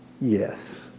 yes